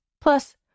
Plus